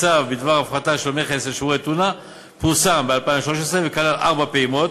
הצו בדבר הפחתה של מכס על שימורי טונה פורסם ב-2013 וכלל ארבע פעימות